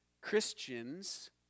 Christians